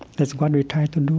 that's what we try to